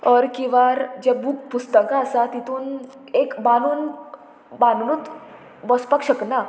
or किंवां जे book पुस्तकां आसा तितून एक बांदून बांदूनूत बसपाक शकना